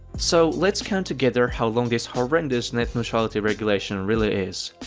so let's count together how long this horrendous net neutrality regulation really is.